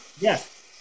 Yes